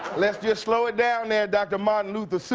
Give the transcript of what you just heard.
let's yeah slow it down there dr. martin luther.